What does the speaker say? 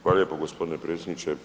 Hvala lijepo gospodine predsjedniče.